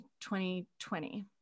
2020